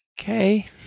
Okay